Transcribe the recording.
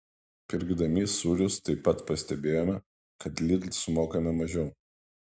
pirkdami sūrius taip pat pastebėjome kad lidl sumokame mažiau